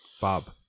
Bob